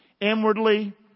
Inwardly